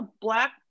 black